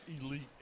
elite